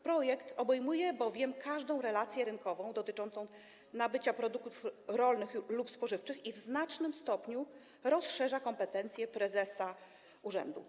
Projekt obejmuje bowiem każdą relację rynkową dotyczącą nabycia produktów rolnych lub spożywczych i w znacznym stopniu rozszerza kompetencje prezesa urzędu.